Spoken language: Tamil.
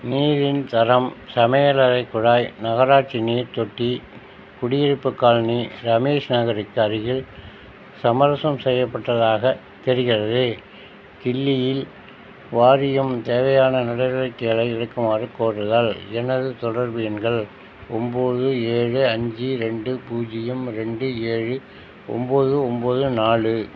நீரின் தரம் சமையலறை குழாய் நகராட்சி நீர் தொட்டி குடியிருப்பு காலனி ரமேஷ் நகருக்கு அருகில் சமரசம் செய்யப்பட்டதாக தெரிகிறது தில்லியில் வாரியம் தேவையான நடவடிக்கைகளை எடுக்குமாறு கோருதல் எனது தொடர்பு எண்கள் ஒன்போது ஏழு அஞ்சு ரெண்டு பூஜ்ஜியம் ரெண்டு ஏழு ஒன்போது ஒன்போது நாலு